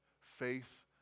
Faith